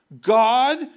God